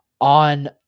on